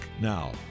now